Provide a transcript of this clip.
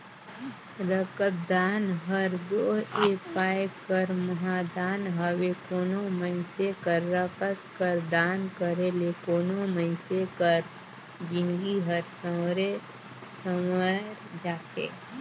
रकतदान हर दो ए पाए कर महादान हवे कोनो मइनसे कर रकत कर दान करे ले कोनो मइनसे कर जिनगी हर संवेर जाथे